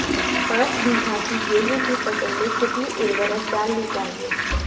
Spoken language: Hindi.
पाँच बीघा की गेहूँ की फसल में कितनी उर्वरक डालनी चाहिए?